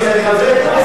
אוי ואבוי למדינה,